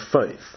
faith